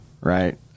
right